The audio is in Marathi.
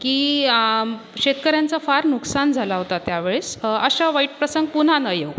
की शेतकऱ्यांचं फार नुकसान झालं होतं त्यावेळेस असा वाईट प्रसंग पुन्हा न येवो